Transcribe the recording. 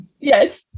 Yes